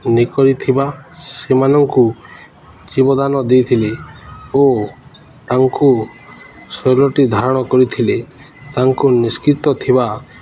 ନି କରିଥିବା ସେମାନଙ୍କୁ ଜୀବଦାନ ଦେଇଥିଲେ ଓ ତାଙ୍କୁ ଶରୀରଟି ଧାରଣ କରିଥିଲେ ତାଙ୍କୁ ଥିବା